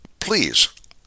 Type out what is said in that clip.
please